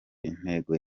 intego